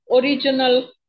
original